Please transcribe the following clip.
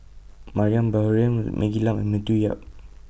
Mariam Baharom Maggie Lim and Matthew Yap